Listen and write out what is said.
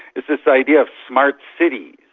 is this idea of smart cities.